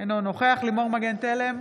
אינו נוכח לימור מגן תלם,